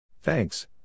Thanks